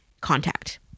contact